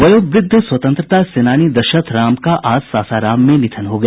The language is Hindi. वयोवृद्ध स्वतंत्रता सेनानी दशरथ राम का आज सासाराम में निधन हो गया